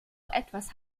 etwas